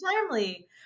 timely